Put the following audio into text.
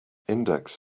index